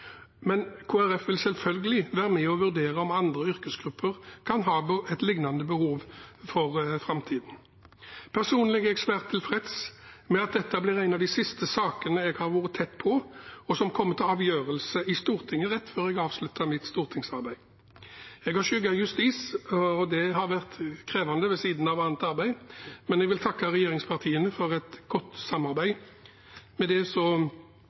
Men Kristelig Folkeparti vil for framtiden selvfølgelig være med og vurdere om andre yrkesgrupper kan ha et liknende behov. Personlig er jeg svært tilfreds med at dette blir en av de siste sakene jeg har vært tett på, og som kommer til avgjørelse i Stortinget rett før jeg avslutter mitt stortingsarbeid. Jeg har skygget justis, og det har vært krevende ved siden av annet arbeid, men jeg vil takke regjeringspartiene for et godt samarbeid. Med det